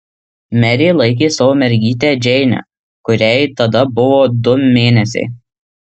merė laikė savo mergytę džeinę kuriai tada buvo du mėnesiai